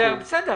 ולכן,